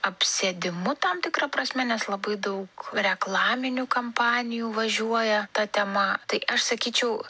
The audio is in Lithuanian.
apsėdimu tam tikra prasme nes labai daug reklaminių kampanijų važiuoja ta tema tai aš sakyčiau